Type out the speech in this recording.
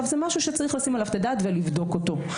זה משהו שצריך לשים עליו את הדעת ולבדוק אותו.